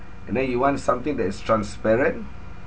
and then you want something that is transparent